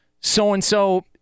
So-and-so